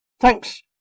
Thanks